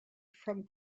from